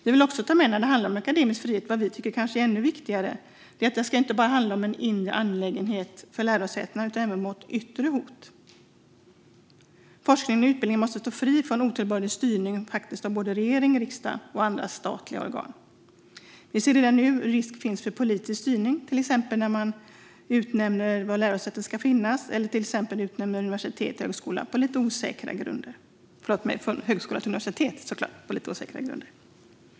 När det gäller akademisk frihet vill vi också ta med vad vi kanske tycker är ännu viktigare: att det inte bara handlar om en inre angelägenhet för lärosätena utan även yttre hot. Forskningen och utbildningen måste stå fri från otillbörlig styrning av både regering, riksdag och andra statliga organ. Vi ser redan att det finns risk för politisk styrning, till exempel när man utnämner var lärosäten ska finnas eller till exempel utnämner högskola till universitet på lite osäkra grunder.